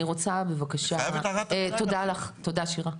תודה שירה.